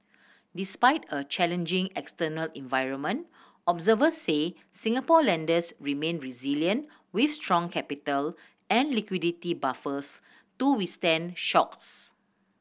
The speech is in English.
despite a challenging external environment observers said Singapore lenders remain resilient with strong capital and liquidity buffers to withstand shocks